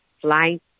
flight